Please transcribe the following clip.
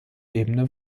ebene